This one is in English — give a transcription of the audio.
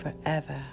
forever